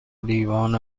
لیوان